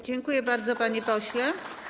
Dziękuję bardzo, panie pośle.